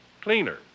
cleaner